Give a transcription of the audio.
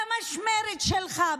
במשמרת שלך.